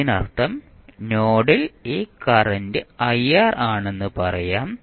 അതിനർത്ഥം നോഡിൽ ഇത് കറന്റ് ആണെന്ന് പറയാം